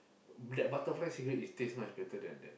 that butterfly cigarette is taste much better than that